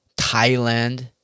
Thailand